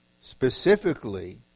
specifically